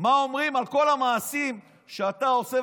מה הם אומרים על כל המעשים שאתה עושה